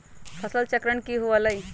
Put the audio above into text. फसल चक्रण की हुआ लाई?